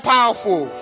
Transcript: powerful